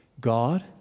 God